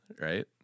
right